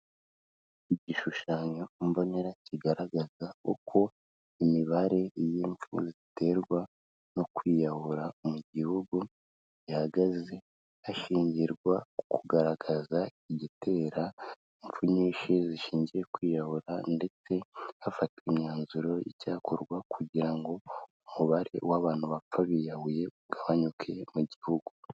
Igishushanyo mbonera kigaragaza uko imibare y'impfu ziterwa no kwiyahura mu gihugu ihagaze, hashingirwa ku kugaragaza igitera impfu nyinshi zishingiye kwiyahura ndetse hafatwa imyanzuro y'icyakorwa kugira ngo umubare w'abantu bapfa biyahuye ugabanyuke mu gihugu.